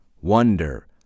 wonder